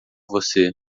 você